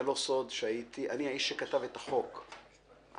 אין זה סוד שאני האיש שכתב את החוק הראשון,